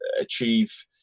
achieve